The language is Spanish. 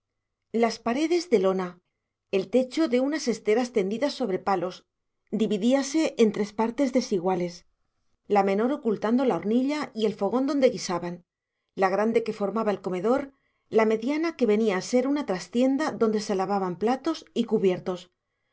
las paredes de lona el techo de unas esteras tendidas sobre palos dividíase en tres partes desiguales la menor ocultando la hornilla y el fogón donde guisaban la grande que formaba el comedor la mediana que venía a ser una trastienda donde se lavaban platos y cubiertos